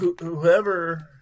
Whoever